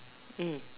mm